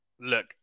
look